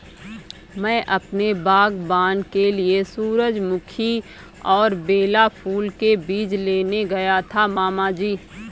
मैं अपने बागबान के लिए सूरजमुखी और बेला फूल के बीज लेने गया था मामा जी